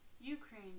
Ukraine